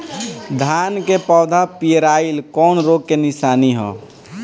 धान के पौधा पियराईल कौन रोग के निशानि ह?